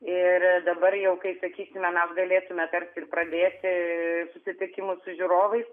ir dabar jau kai sakysime mes galėtume tarsi ir pradėti susitikimus su žiūrovais